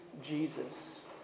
Jesus